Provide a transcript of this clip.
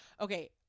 Okay